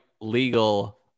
legal